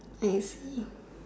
savely